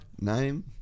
name